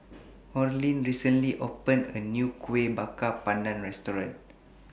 Orlin recently opened A New Kueh Bakar Pandan Restaurant